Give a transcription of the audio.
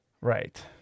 Right